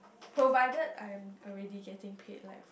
provided I'm already getting paid like for